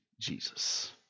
Jesus